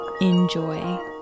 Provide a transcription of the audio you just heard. Enjoy